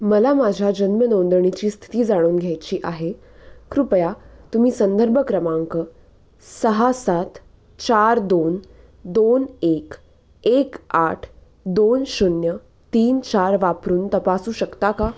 मला माझ्या जन्मनोंदणीची स्थिती जाणून घ्यायची आहे कृपया तुम्ही संदर्भ क्रमांक सहा सात चार दोन दोन एक एक आठ दोन शून्य तीन चार वापरून तपासू शकता का